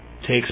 takes